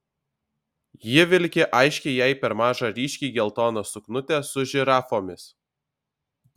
ji vilki aiškiai jai per mažą ryškiai geltoną suknutę su žirafomis